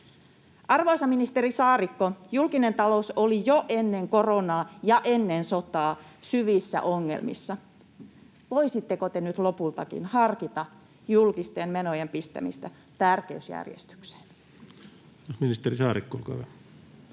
Arvoisa ministeri Saarikko, julkinen talous oli jo ennen koronaa ja ennen sotaa syvissä ongelmissa. Voisitteko te nyt lopultakin harkita julkisten menojen pistämistä tärkeysjärjestykseen? [Speech 76] Speaker: